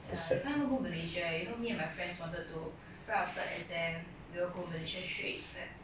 ya you can't even go malaysia eh you know me and my friends wanted to right after exam we all go malaysia straight at